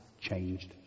changed